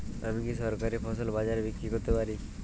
আমি কি সরাসরি ফসল বাজারে বিক্রি করতে পারি?